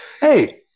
Hey